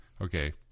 Okay